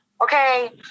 Okay